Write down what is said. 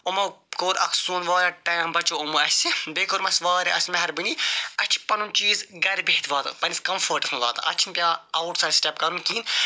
یِمو کوٚر اکھ سون واریاہ ٹایم بَچوو یمو اسہِ بیٚیہِ کوٚرمَس واریاہ اَسہِ مہربٲنی اَسہِ چھ پَنُن چیٖز گَرِ بِہِتھ واتان پنٛنِس کَمفٲٹَس مَنٛز واتان اتھ چھِنہٕ پٮ۪وان اَوُٹ سایڈ سٕٹٮ۪پ کَرُن کِہیٖنۍ